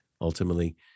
ultimately